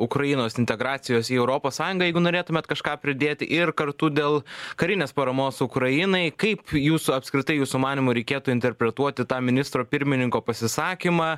ukrainos integracijos į europos sąjungą jeigu norėtumėt kažką pridėti ir kartu dėl karinės paramos ukrainai kaip jūsų apskritai jūsų manymu reikėtų interpretuoti tą ministro pirmininko pasisakymą